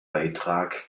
beitrag